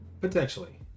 potentially